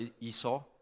Esau